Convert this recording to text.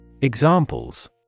Examples